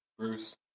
Bruce